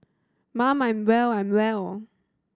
mum I'm well I'm well